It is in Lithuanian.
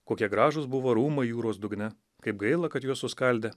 kokie gražūs buvo rūmai jūros dugne kaip gaila kad juos suskaldė